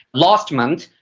last month,